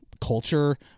culture